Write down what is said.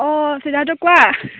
অঁ সিদ্ধাৰ্থ কোৱা